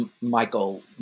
Michael